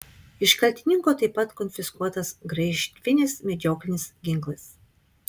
iš kaltininko taip pat konfiskuotas graižtvinis medžioklinis ginklas